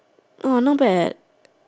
orh not bad